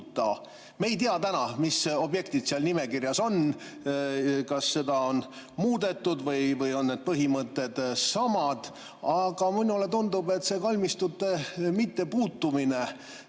Me ei tea täna, mis objektid seal nimekirjas on, kas seda on muudetud või on need põhimõtted samad. Aga minule tundub, et see kalmistute mittepuutumine,